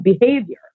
behavior